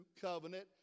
covenant